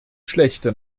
schlechte